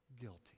guilty